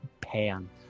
pan